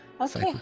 Okay